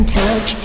touch